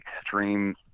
extreme